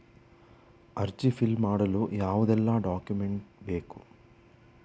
ಅರ್ಜಿ ಫಿಲ್ ಮಾಡಲು ಯಾವುದೆಲ್ಲ ಡಾಕ್ಯುಮೆಂಟ್ ಬೇಕು?